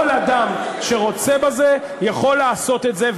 כל אדם שרוצה בזה יכול לעשות את זה.